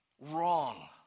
wrong